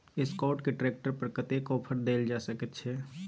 Escort के tractor पर कतेक ऑफर दैल जा सकेत छै?